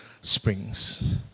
springs